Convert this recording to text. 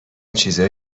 چیزای